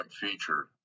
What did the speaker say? feature